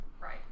Right